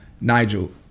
Nigel